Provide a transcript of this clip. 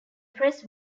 press